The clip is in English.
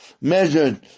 measured